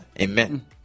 Amen